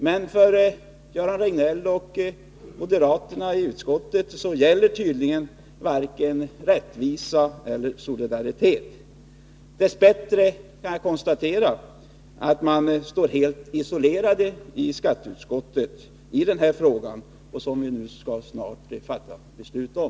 Men för Göran Riegnell och moderaterna i utskottet gäller tydligen varken rättvisa eller solidaritet. Dess bättre kan jag konstatera att de står helt isolerade i skatteutskottet i den här frågan, som vi snart skall fatta beslut om.